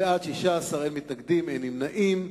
בעד, 16, אין מתנגדים, אין נמנעים.